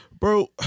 Bro